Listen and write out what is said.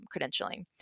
credentialing